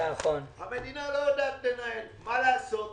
המדינה לא יודעת לנהל מה לעשות.